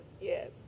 yes